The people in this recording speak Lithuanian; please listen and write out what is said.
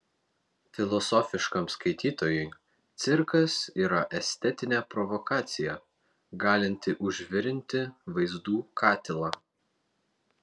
filosofiškam skaitytojui cirkas yra estetinė provokacija galinti užvirinti vaizdų katilą